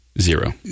zero